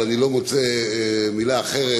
אבל אני לא מוצא מילה אחרת